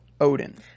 Odin